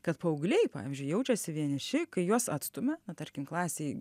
kad paaugliai pavyzdžiui jaučiasi vieniši kai juos atstumia na tarkim klasėj